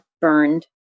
burned